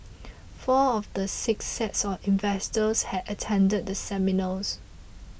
four of the six sets of investors had attended the seminars